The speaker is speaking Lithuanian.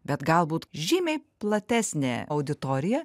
bet galbūt žymiai platesnė auditorija